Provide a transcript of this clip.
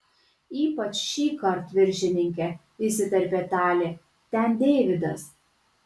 ypač šįkart viršininke įsiterpė talė ten deividas